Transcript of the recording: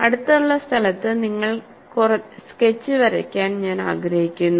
അടുത്തുള്ള സ്ഥലത്ത് നിങ്ങൾ സ്കെച്ച് വരയ്ക്കാൻ ഞാൻ ആഗ്രഹിക്കുന്നു